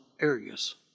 areas